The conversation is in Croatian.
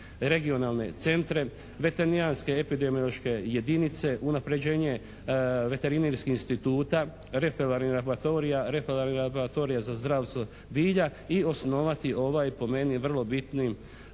regionalne centre, veterinarske, epidemiološke jedinice, unapređenje veterinarskih instituta, …/Govornik se ne razumije./… laboratorija za zdravstvo bilja i osnivati ovaj po meni vrlo bitni